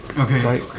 Okay